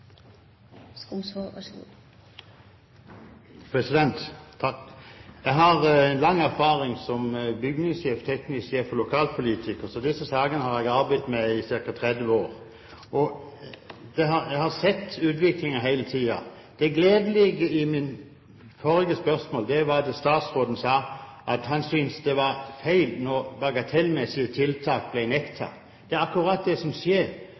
Jeg har lang erfaring som bygningssjef, teknisk sjef og lokalpolitiker, så disse sakene har jeg arbeidet med i ca. 30 år. Jeg har sett utviklingen hele tiden. Det gledelige svaret på mitt forrige spørsmål var da statsråden sa at han syntes det var feil når bagatellmessige tiltak ble nektet. Det er akkurat det som skjer!